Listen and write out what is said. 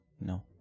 no